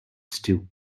stew